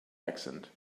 accent